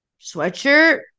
sweatshirt